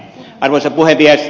arvoisa puhemies